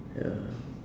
ya